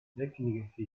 tecniche